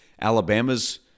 Alabama's